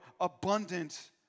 abundant